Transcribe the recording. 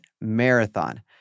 Marathon